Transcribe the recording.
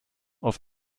auf